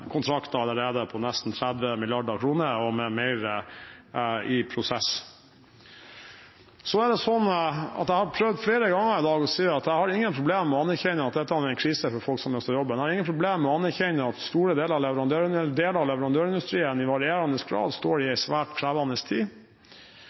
kontrakter på nesten 30 mrd. kr til en leverandørindustri som er inne i en krevende periode, og at det er mer i prosess. Jeg har flere ganger i dag prøvd å si at jeg har ingen problemer med å anerkjenne at dette er en krise for folk som mister jobben. Jeg har ingen problemer med å anerkjenne at store deler av leverandørindustrien i varierende grad står i en svært krevende tid.